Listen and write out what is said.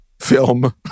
film